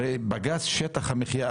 הרי בג"ץ שטח המחיה,